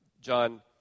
John